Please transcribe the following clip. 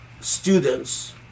students